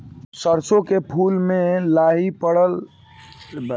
सरसों के फूल मे लाहि पकड़ ले ले बा का उपाय बा बचेके?